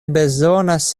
bezonas